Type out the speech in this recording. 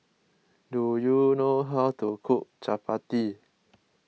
do you know how to cook Chapati